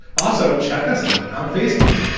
also, check us out on facebook.